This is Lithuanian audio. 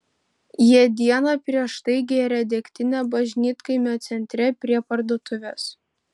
jie dieną prieš tai gėrė degtinę bažnytkaimio centre prie parduotuvės